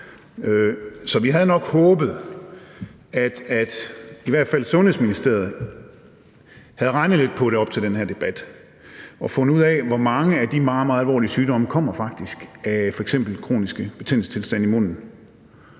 Så vi havde nok håbet, at i hvert fald Sundhedsministeriet havde regnet lidt på det op til den her debat og fundet ud af, hvor mange af de meget, meget alvorlige sygdomme der kommer af f.eks. kroniske betændelsestilstande i munden,